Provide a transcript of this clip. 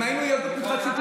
אם היינו יהדות מתחדשת,